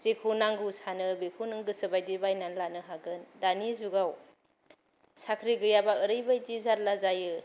जेखौ नांगौ सानो बेखौ गोसो बादि बायनानै लानो हागोन दानि जुगाव साख्रि गैयाबा ओरैबादि जार्ला जायो